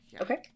okay